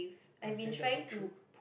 I feel that's not true